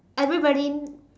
everybody